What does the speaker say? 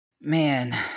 Man